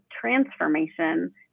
transformation